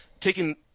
taking